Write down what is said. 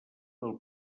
del